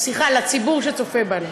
סליחה, לציבור שצופה בנו,